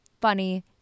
Funny